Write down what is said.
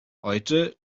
heute